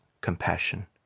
compassion